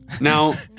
Now